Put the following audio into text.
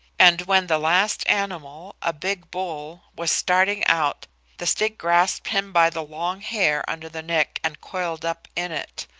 and when the last animal, a big bull, was starting out the stick grasped him by the long hair under the neck and coiled up in it,